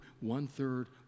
one-third